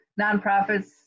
Nonprofits